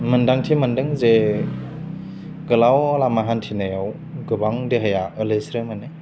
मोन्दांथि मोनदों जे गोलाव लामा हान्थिनायाव गोबां देहाया ओलैस्रो मोनो